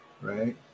Right